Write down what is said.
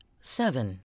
Seven